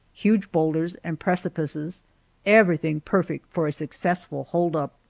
huge boulders, and precipices everything perfect for a successful hold up.